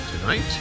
Tonight